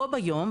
בו ביום,